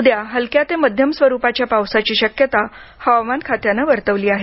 उद्या हलक्या ते मध्यम स्वरुपाच्या पावसाची शक्यता हवामान खात्यानं वर्तवली आहे